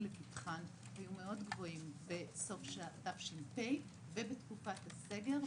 לפתחם היו מאוד גבוהים בסוף תש"ף ובתקופת הסגר,